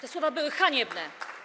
Te słowa były haniebne.